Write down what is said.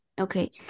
Okay